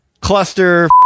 cluster